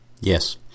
Yes